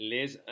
Les